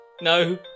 No